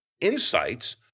insights